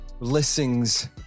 Blessings